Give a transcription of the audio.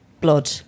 Blood